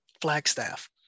flagstaff